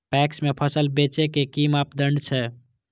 PACS में फसल बेचे के कि मापदंड छै?